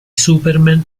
superman